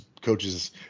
coaches